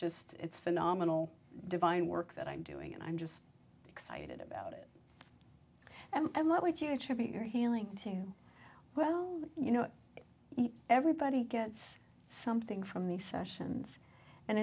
just it's phenomenal divine work that i'm doing and i'm just excited about it and what would you attribute your healing to well you know everybody gets something from the sessions and